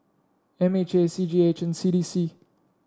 M H A C G H and C D C